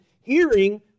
hearing